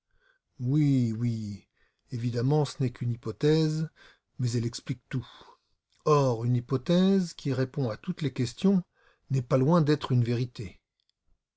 oui oui évidemment ce n'est qu'une hypothèse mais elle explique tout or une hypothèse qui répond à toutes les questions n'est pas loin d'être une vérité